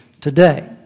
today